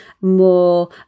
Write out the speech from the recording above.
more